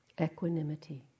equanimity